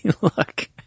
look